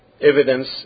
evidence